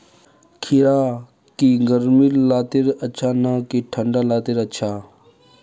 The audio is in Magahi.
खीरा की गर्मी लात्तिर अच्छा ना की ठंडा लात्तिर अच्छा?